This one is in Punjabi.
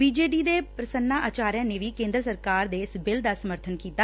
ਬੀਜੇਡੀ ਦੇ ਪੁਸੰਨਾ ਆਚਾਰਯ ਨੇ ਵੀ ਕੇਂਦਰ ਸਰਕਾਰ ਦੇ ਇਸ ਬਿੱਲ ਦਾ ਸਮਰਬਨ ਕੀਤਾ